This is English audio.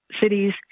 cities